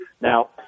Now